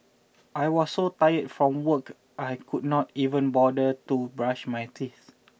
I was so tired from work I could not even bother to brush my teeth